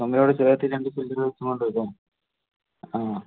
ചുമരിനോട് ചേർത്ത് രണ്ട് പില്ലറ് കൊണ്ട് വയ്ക്കാം ആ